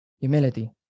Humility